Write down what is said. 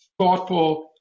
thoughtful